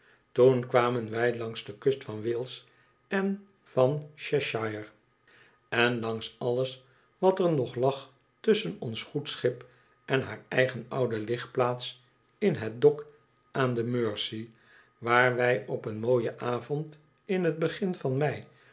toen kwamen wij langs de kust van wales en van cheshire en langs alles wat er nog lag tusschen ons goed schip en haar eigen oude ligplaats in het dok aan de mersey waar wij op een mooicn avond in het begin van mei